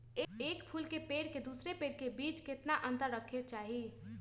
एक फुल के पेड़ के दूसरे पेड़ के बीज केतना अंतर रखके चाहि?